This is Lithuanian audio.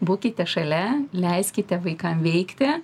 būkite šalia leiskite vaikam veikti